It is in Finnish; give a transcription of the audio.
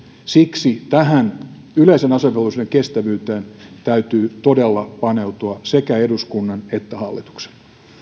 siksi tähän yleisen asevelvollisuuden kestävyyteen täytyy todella paneutua sekä eduskunnan että hallituksen